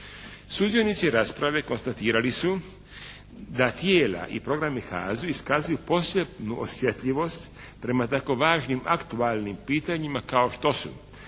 Sudionici rasprave konstatirali su da tijela i programi HAZ-u iskazuju posebnu osjetljivost prema tako važnim aktualnim pitanjima kao što su